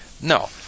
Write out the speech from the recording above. No